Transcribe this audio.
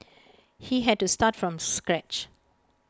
he had to start from scratch